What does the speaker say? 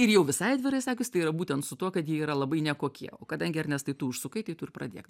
ir jau visai atvirai sakius tai yra būtent su tuo kad jie yra labai nekokie o kadangi ernestai tu užsukai tai tu ir pradėk